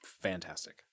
fantastic